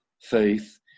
faith